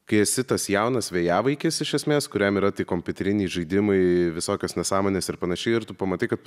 kai esi tas jaunas vėjavaikis iš esmės kuriam yra tik kompiuteriniai žaidimai visokios nesąmonės ir panašiai ir tu pamatai kad